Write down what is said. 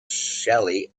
shelly